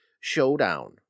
showdown